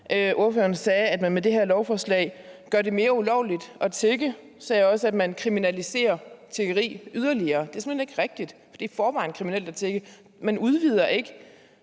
Ordføreren sagde, at man med det her lovforslag gør det mere ulovligt at tigge. Ordføreren sagde også, at man kriminaliserer tiggeri yderligere. Det er simpelt hen ikke rigtigt, for det er i forvejen kriminelt at tigge. Man udvider ikke